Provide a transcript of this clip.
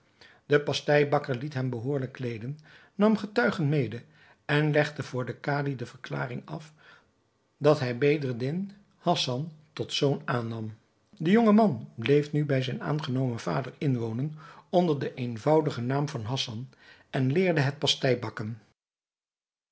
de pasteibakker liet hem behoorlijk kleeden nam getuigen mede en legde voor den kadi de verklaring af dat hij bedreddin hassan tot zoon aannam de jonge man bleef nu bij zijn aangenomen vader inwonen onder den eenvoudigen naam van hassan en leerde het